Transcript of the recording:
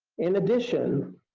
in addition,